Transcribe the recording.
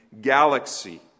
galaxy